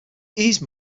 these